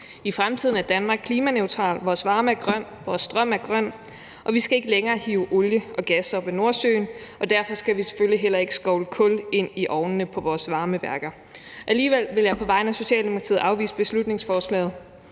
I fremtiden er Danmark et klimaneutralt samfund, vores varme er grøn, vores strøm er grøn, og vi skal ikke længere hive olie og gas op af Nordsøen, og derfor skal vi selvfølgelig heller ikke skovle kul ind i ovnene på vores varmeværker. Alligevel vil jeg på vegne af Socialdemokratiet afvise beslutningsforslaget